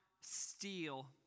steal